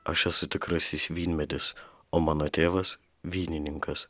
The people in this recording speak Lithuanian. aš esu tikrasis vynmedis o mano tėvas vynininkas